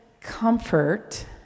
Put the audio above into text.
comfort